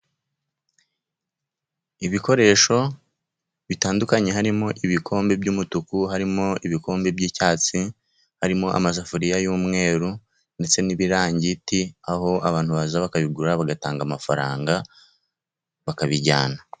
Ibikoresho bitandukanye harimo ibikombe by'umutuku, harimo ibikombe by'icyatsi, harimo amasafuriya y'umweru ndetse n'ibirangiti, aho abantu baza bakabigura, bagatanga amafaranga bakabijyana.